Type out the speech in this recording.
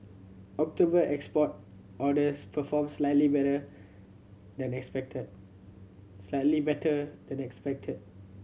October export orders performed slightly better than expected slightly better than expected